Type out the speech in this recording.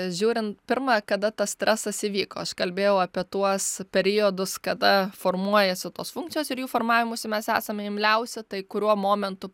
žiūrint pirma kada tas stresas įvyko aš kalbėjau apie tuos periodus kada formuojasi tos funkcijos ir jų formavimuisi mes esame imliausi tai kuriuo momentu